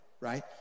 right